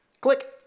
Click